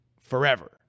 forever